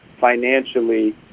financially